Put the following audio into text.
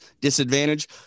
disadvantage